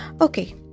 Okay